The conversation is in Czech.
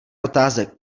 otázek